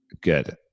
Good